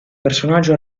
personaggio